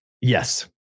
Yes